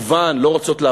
התשע"ג